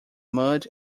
mud